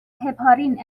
هپارین